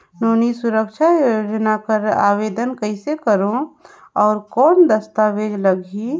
नोनी सुरक्षा योजना कर आवेदन कइसे करो? और कौन दस्तावेज लगही?